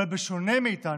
אבל בשונה מאיתנו,